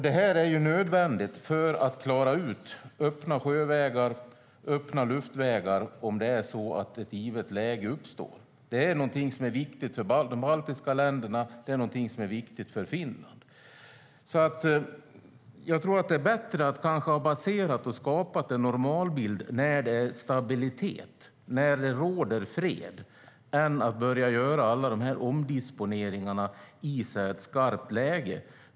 Det är nödvändigt för att klara öppna sjövägar och öppna luftvägar om ett givet läge uppstår. Det är viktigt för de baltiska länderna, och det är viktigt för Finland. Det är kanske bättre att ha baserat och skapat en normalbild när det är stabilitet, när det råder fred, än att börja göra alla omdisponeringarna i skarpt läge.